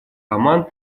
оман